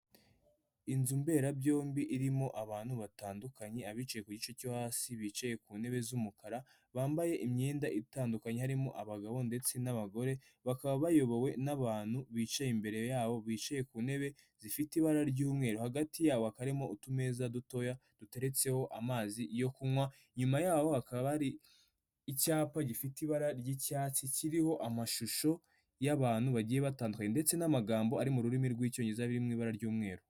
Inzu mberabyombi irimo abantu batandukanye abicaye ku gice cyo hasi bicaye ku ntebe z'umukara bambaye imyenda itandukanye harimo abagabo ndetse n'abagore bakaba bayobowe n'abantu bicaye imbere yabo bicaye ku ntebe zifite ibara ry'umweru hagati yabo hakaba harimo utumeza dutoya duteretseho amazi yo kunywa nyuma yaho hakaba hari icyapa gifite ibara ry'icyatsi kiriho amashusho y'abantu bagiye batandukanye ndetse n'amagambo ari mu rurimi rw'icyongereza ari mu ibara ry'umweru.